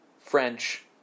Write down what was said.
french